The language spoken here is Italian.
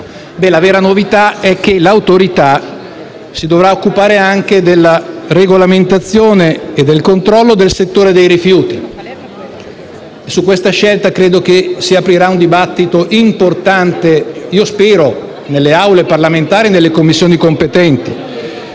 La vera novità è che l'Autorità si dovrà occupare anche della regolamentazione e del controllo del settore dei rifiuti. Su questa scelta credo che si aprirà un dibattito importante - io spero - nelle Aule parlamentari e nelle Commissioni competenti,